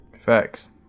Facts